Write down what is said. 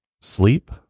Sleep